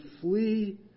flee